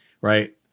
right